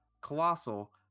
colossal